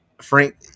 Frank